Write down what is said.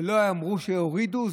ולא אמרו שיורידו,